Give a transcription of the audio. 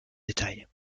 détails